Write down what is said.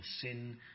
sin